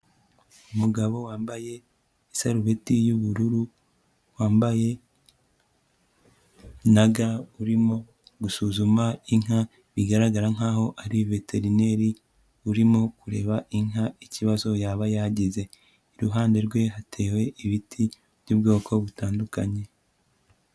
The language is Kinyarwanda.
Umugabo wambaye iserubeti y'ubururu, wambaye na ga, urimo gusuzuma inka, bigaragara nkaho ari veterineri urimo kureba inka ikibazo yaba yagize. Iruhande rwe hatewe ibiti by'ubwoko butandukanye.